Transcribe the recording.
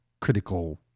critical